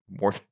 more